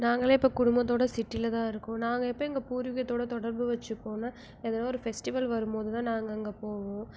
நாங்களே இப்போ குடும்பத்தோடு சிட்டியில் தான் இருக்கோம் நாங்கள் எப்போ எங்கள் பூர்விகடத்தோடு தொடர்பு வச்சிப்போன்னால் எதனால் ஒரு ஃபெஸ்டிவல் வரும்போது தான் நாங்கள் அங்கே போவோம்